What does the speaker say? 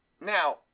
Now